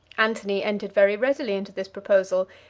antony entered very readily into this proposal,